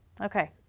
Okay